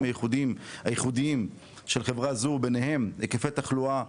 הייחודיים של חברה זו ביניהם היקפי תחלואה,